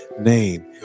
name